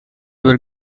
were